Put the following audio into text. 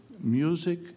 music